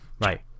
Right